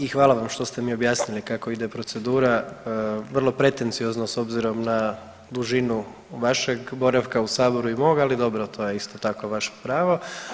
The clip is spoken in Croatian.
I hvala vam što ste mi objasnili kako ide procedura, vrlo pretenciozno s obzirom na dužinu vašeg boravka u saboru i mog, ali dobro to je isto tako vaše pravo.